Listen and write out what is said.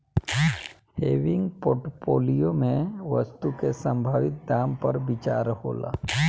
हेविंग portfolio में वस्तु के संभावित दाम पर विचार होला